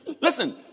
Listen